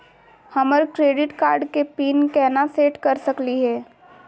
हमर credit card के pin केना सेट कर सकली हे?